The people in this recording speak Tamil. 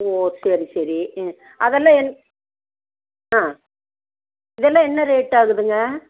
ஓ சரி சரி அதெல்லாம் என்ன ஆ இதெல்லாம் என்ன ரேட்டாகுதுங்க